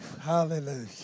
Hallelujah